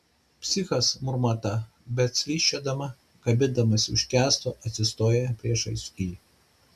psichas murma ta bet slysčiodama kabindamasi už kęsto atsistoja priešais jį